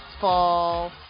fall